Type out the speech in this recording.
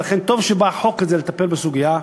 ולכן טוב שבא החוק הזה לטפל בסוגיה.